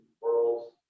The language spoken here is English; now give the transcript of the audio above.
worlds